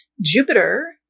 Jupiter